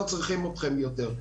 לא צריכים אתכם יותר.